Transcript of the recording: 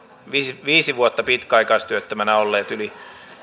viisi viisi vuotta pitkäaikaistyöttömänä olleet yli